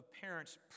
parents